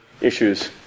issues